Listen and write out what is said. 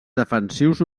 defensius